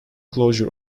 closure